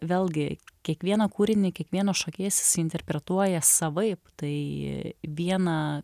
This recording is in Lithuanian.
vėlgi kiekvieną kūrinį kiekvienas šokėjas jisai interpretuoja savaip tai vieną